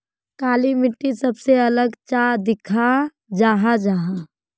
काली मिट्टी सबसे अलग चाँ दिखा जाहा जाहा?